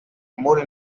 more